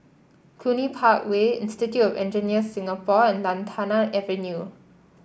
Cluny Park Way Institute Engineers Singapore and Lantana Avenue